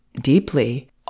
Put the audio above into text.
deeply